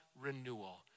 renewal